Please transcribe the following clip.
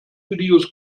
videos